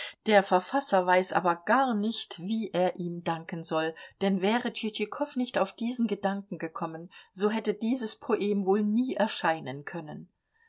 der verfasser weiß aber gar nicht wie er ihm danken soll denn wäre tschitschikow nicht auf diesen gedanken gekommen so hätte dieses poem wohl nie erscheinen können